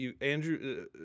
Andrew